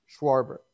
Schwarber